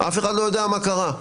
אף אחד לא יודע מה קרה.